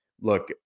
look